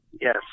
yes